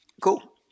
Cool